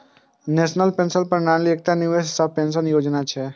national pension प्रणाली एकटा निवेश सह पेंशन योजना छियै